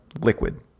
liquid